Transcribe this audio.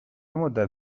مدت